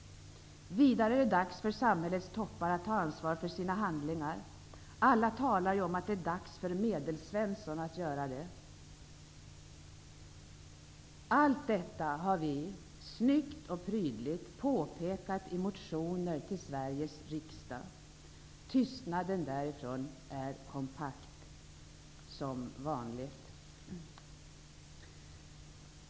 Vidare är det dags för samhällets toppar att ta ansvar för sina handlingar. Alla talar ju om att det är dags för medelsvensson att göra det. Allt detta har vi, snyggt och prydligt, påpekat i motioner till Sveriges riksdag. Tystnaden därifrån är kompakt, som vanligt.